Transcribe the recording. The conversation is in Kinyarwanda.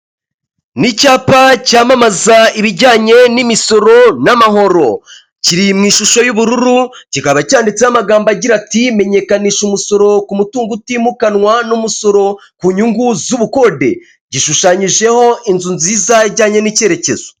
Ni icyapa cyamamaza ibijyanye n'imisoro n'amahoro, kiri mu ishusho y'ubururu kikaba cyanditseho amagambo agira ati;" Menyekanisha umusoro ku mutungo utimukanwa n' umusoro ku nyungu z'ubukode." Gishushanyijeho inzu nziza ijyanye n'icyerekezo.